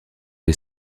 les